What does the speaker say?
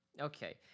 Okay